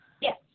Yes